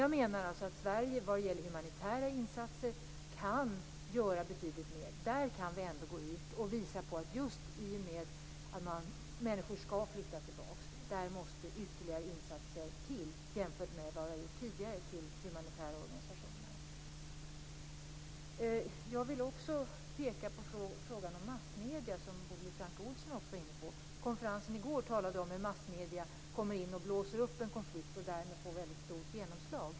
Jag menar att Sverige vad gäller humanitära insatser kan göra betydligt mer. Där kan vi ändå gå ut och visa på att i och med att människor skall flytta tillbaka måste ytterligare insatser till jämfört med vad vi har gjort tidigare för humanitära organisationer. Jag vill också peka på frågan om massmedierna, som Bodil Francke Ohlsson också var inne på. Vid konferensen i går talade man om hur massmedierna går in och blåser upp en konflikt som därmed får väldigt stort genomslag.